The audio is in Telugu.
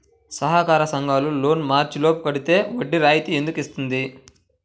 సహకార సంఘాల లోన్ మార్చి లోపు కట్టితే వడ్డీ రాయితీ ఎందుకు ఇస్తుంది?